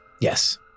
Yes